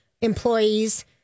employees